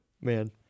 Man